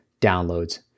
downloads